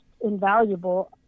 invaluable